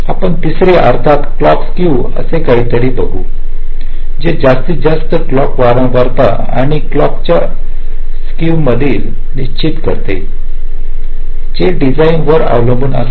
आणि तिसरे अर्थात क्लॉक स्केव असे काही तरी जे जास्तीत जास्त क्लॉक वारंवारता आणि क्लॉक तील स्केव देखील निश्चित करते जे डिझाईन वर अवलंबून असते